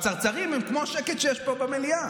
הצרצרים הם כמו השקט שיש פה במליאה.